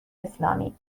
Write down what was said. اسلامی